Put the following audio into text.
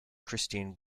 christine